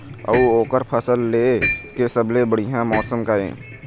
अऊ ओकर फसल लेय के सबसे बढ़िया मौसम का ये?